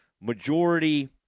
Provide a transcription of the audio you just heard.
majority